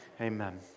Amen